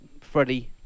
Freddie